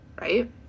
right